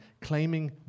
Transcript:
claiming